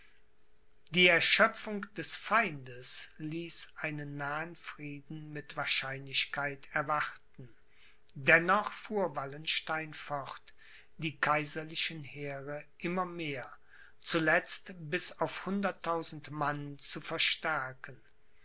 die erschöpfung des feindes ließ einen nahen frieden mit wahrscheinlichkeit erwarten dennoch fuhr wallenstein fort die kaiserlichen heere immer mehr zuletzt bis auf hunderttausend mann zu verstärken